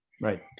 Right